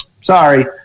Sorry